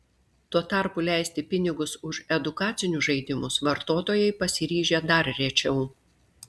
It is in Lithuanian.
tuo tarpu leisti pinigus už edukacinius žaidimus vartotojai pasiryžę dar rečiau